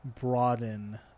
broaden